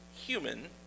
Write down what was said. human